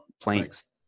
planks